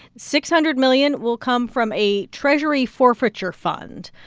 six hundred million will come from a treasury forfeiture fund.